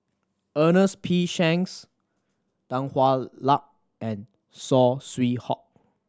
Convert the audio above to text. Ernest P Shanks Tan Hwa Luck and Saw Swee Hock